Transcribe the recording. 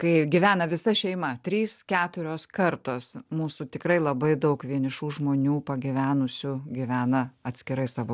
kai gyvena visa šeima trys keturios kartos mūsų tikrai labai daug vienišų žmonių pagyvenusių gyvena atskirai savo